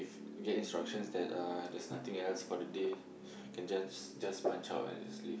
get instructions that uh there's nothing else for the day then just just punch out and just leave